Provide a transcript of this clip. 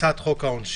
הצעת חוק העונשין